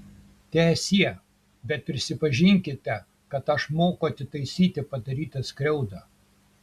teesie bet prisipažinkite kad aš moku atitaisyti padarytą skriaudą